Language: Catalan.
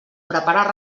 preparar